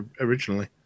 originally